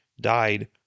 died